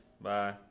Bye